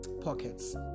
pockets